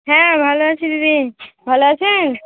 হ্যাঁ ভালো আছি দিদি ভালো আছেন